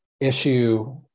issue